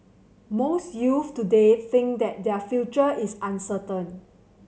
most youths today think that their future is uncertain